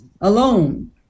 alone